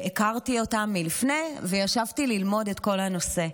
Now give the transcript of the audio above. הכרתי אותם לפני וישבתי ללמוד את כל הנושא,